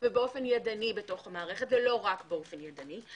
ובאופן ידני בתוך המערכת ולא רק באופן ידני.